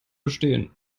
bestehen